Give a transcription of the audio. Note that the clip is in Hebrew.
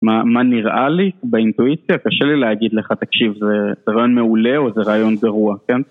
מה מה נראה לי באינטואיציה, קשה לי להגיד לך, תקשיב, זה רעיון מעולה או זה רעיון גרוע, כן?